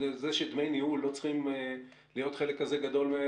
זה שמי ניהול לא צריכים להיות חלק כזה גדול,